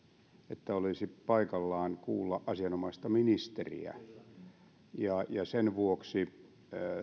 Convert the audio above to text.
että olisi paikallaan kuulla asianomaista ministeriä sen vuoksi